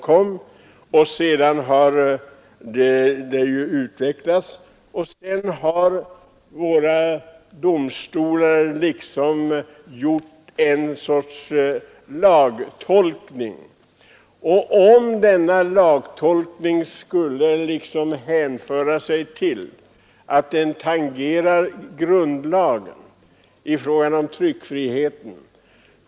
Jag vill i detta sammanhang erinra om att domstol icke äger göra sådan lagtolkning under tid då riksdagen är samlad, om denna lagtolkning tangerar grundlagen, t.ex. gäller tryckfriheten.